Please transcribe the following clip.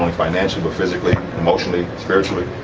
financially but physically emotionally spiritually.